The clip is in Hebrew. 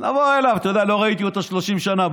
נבוא אליו, לא ראיתי אותו 30 שנה.